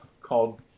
called